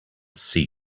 see